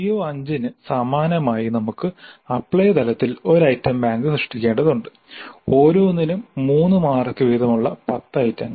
CO5 ന് സമാനമായി നമുക്ക് അപ്ലൈ തലത്തിൽ ഒരു ഐറ്റം ബാങ്ക് സൃഷ്ടിക്കേണ്ടതുണ്ട് ഓരോന്നിനും 3 മാർക്കു വീതമുള്ള 10 ഐറ്റങ്ങൾ